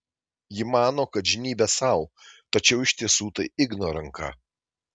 ji mano kad žnybia sau tačiau iš tiesų tai igno ranka